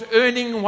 earning